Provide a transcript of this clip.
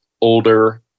Older